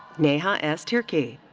neha s. tirkey.